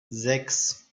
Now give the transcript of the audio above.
sechs